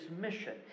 mission